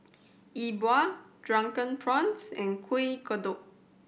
E Bua Drunken Prawns and Kuih Kodok